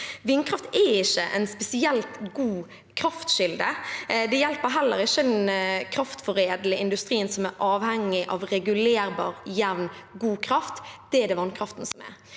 Vindkraft er ikke en spesielt god kraftkilde. Det hjelper heller ikke den kraftforedlende industrien, som er avhengig av regulerbar, jevn og god kraft. Det er det vannkraften som er.